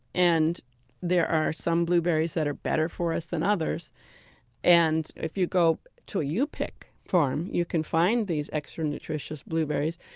and there are some blueberries that are better for us than others and if you go to a you-pick farm, you can find these extra-nutritious blueberries.